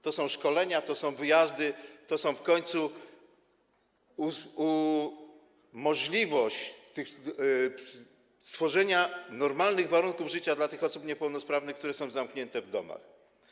To są szkolenia, to są wyjazdy, w końcu to jest możliwość stworzenia normalnych warunków życia dla tych osób niepełnosprawnych, które są zamknięte w domach.